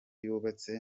yubatse